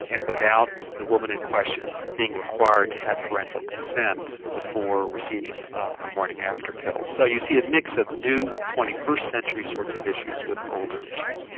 and without the woman in question being required to have parental consent before receiving a morning-after pill. so you see a mix of new twenty first century sorts of issues with older issues.